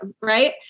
right